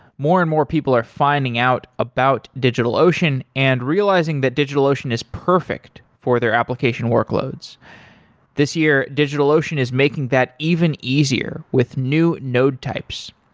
more and more people are finding out about digitalocean and realizing that digitalocean is perfect for their application workloads this year, digitalocean is making that even easier with new node types.